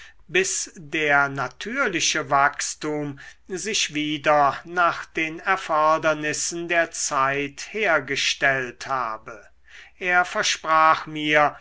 bis der natürliche wachstum sich wieder nach den erfordernissen der zeit hergestellt habe er versprach mir